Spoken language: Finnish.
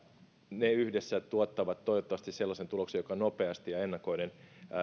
ne yhdessä tuottavat toivottavasti sellaisen tuloksen joka nopeasti ja ennakoiden